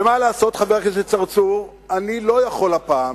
ומה לעשות, חבר הכנסת צרצור, אני לא יכול הפעם